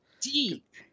Deep